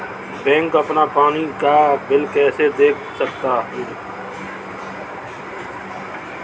मैं अपना पानी का बिल कैसे देख सकता हूँ?